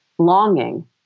longing